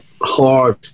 hard